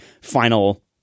final